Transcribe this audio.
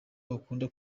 bakunda